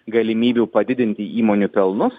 galimybių padidinti įmonių pelnus